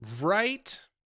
right